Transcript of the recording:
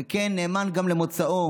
וכן, נאמן גם למוצאו.